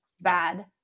bad